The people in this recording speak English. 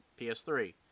PS3